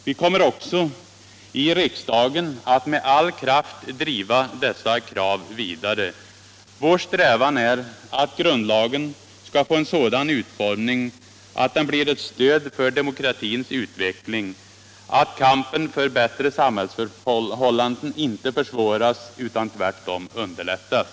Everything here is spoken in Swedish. Vi kommer också i riksdagen att med all kraft driva dessa krav vidare. Vår strävan är att grundlagen skall få en sådan utformning utt den blir ett stöd för demokratins utveckling, att kampen för bättre samhällsförhållanden inte försvåras utan tvärtom underlättas.